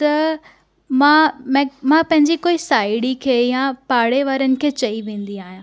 त मां मां पंहिंजी कोई साहेड़ी खे या पाड़े वारनि खे चई वेंदी आहियां